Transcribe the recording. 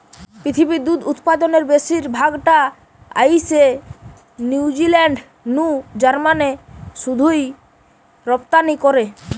পৃথিবীর দুধ উতপাদনের বেশির ভাগ টা আইসে নিউজিলান্ড নু জার্মানে শুধুই রপ্তানি করে